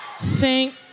Thank